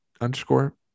underscore